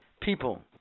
People